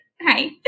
hi